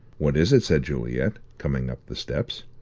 what is it? said juliet, coming up the steps.